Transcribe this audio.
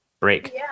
break